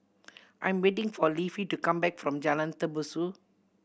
I am waiting for Leafy to come back from Jalan Tembusu